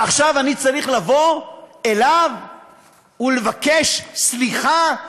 עכשיו אני צריך לבוא אליו ולבקש סליחה,